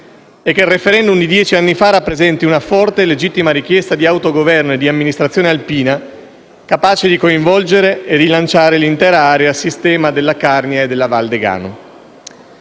e che il *referendum* di dieci anni fa rappresenti una forte e legittima richiesta di autogoverno e di amministrazione alpina capaci di coinvolgere e rilanciare l'intera area-sistema della Carnia e della Val Degano.